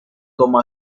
como